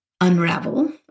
unravel